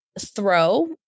throw